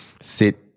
sit